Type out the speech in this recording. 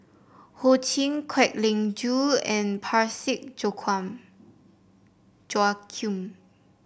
Ho Ching Kwek Leng Joo and Parsick Joaquim